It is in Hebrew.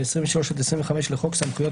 ו-23 עד 25 לחוק סמכויות